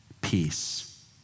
peace